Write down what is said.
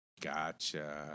gotcha